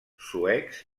suecs